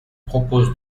propose